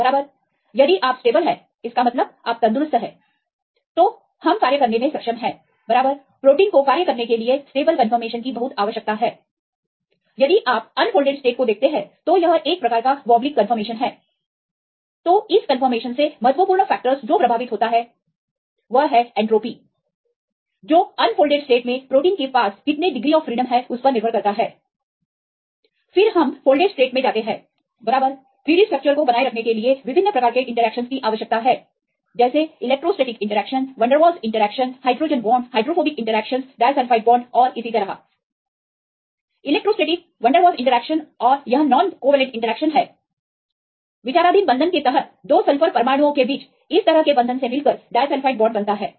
बराबर यदि आप स्टेबल है का मतलब आप तंदुरुस्त है conformation तो हम कार्य करने में सक्षम है बराबर प्रोटीन को कार्य करने के लिए कोई भी स्टेबल कंफर्मेशन की बहुत आवश्यकता है यदि आप अनफोल्डेड स्टेट को देखते हैं तो यह एक प्रकार का वॉबलिंग कन्फर्मेशन हैSo तो इस कंफर्मेशन से महत्वपूर्ण फेक्टर जो प्रभावित होता है unfolded state तो यह एंट्रॉपी है जो अनफोल्डेड स्टेट में प्रोटीन के पास कितने डिग्री ऑफ फ्रीडम है उस पर निर्भर करता है hydrophobic interactions disulphide bonds and so on फिर हम फोल्डेड स्टेट में जाते हैं बराबर 3D स्ट्रक्चर को बनाए रखने के लिए विभिन्न प्रकार की इंटरेक्शनस की आवश्यकता है जैसे electrostatic interactions van der Waals interactions hydrogen bond hydrophobic interactions disulphide bonds और इसी तरह इलेक्ट्रोस्टेटिक वंडरवॉल्स इंटरेक्शनस और यह नॉनकॉवैलेंटइंटरेक्शनस है विचाराधीन बंधन के तहत 2 सल्फर परमाणुओं के बीच इस तरह के बंधन से मिलकर डाईसल्फाइड बॉन्ड बनता है